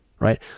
right